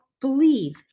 believe